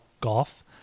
golf